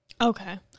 Okay